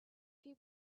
few